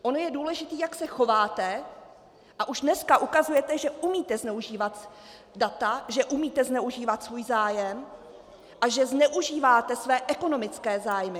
Ono je důležité, jak se chováte, a už dneska ukazujete, že umíte zneužívat data, že umíte zneužívat svůj zájem a že zneužíváte své ekonomické zájmy.